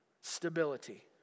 stability